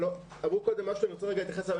אמרו קודם משהו, אני רוצה להתייחס אליו.